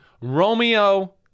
Romeo